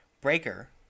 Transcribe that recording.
breaker